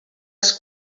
els